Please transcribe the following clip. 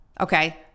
Okay